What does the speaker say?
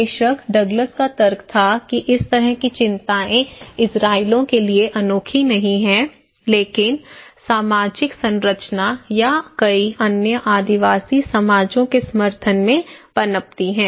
बेशक डगलस का तर्क था कि इस तरह की चिंताएं इजरायलियों के लिए अनोखी नहीं हैं लेकिन सामाजिक संरचना या कई अन्य आदिवासी समाजों के समर्थन में पनपती हैं